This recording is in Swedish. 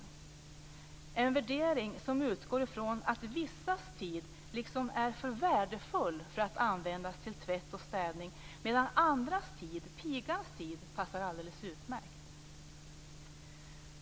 Denna värdering utgår ifrån att vissas tid är liksom för värdefull för att användas till tvätt och städning medan andras tid - pigans tid - passar alldeles utmärkt.